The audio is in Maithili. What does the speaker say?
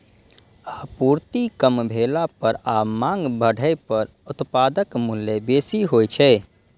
आपूर्ति कम भेला पर आ मांग बढ़ै पर उत्पादक मूल्य बेसी होइ छै